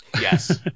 Yes